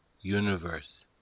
universe